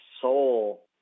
soul